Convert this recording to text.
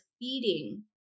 feeding